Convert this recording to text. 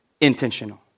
Intentional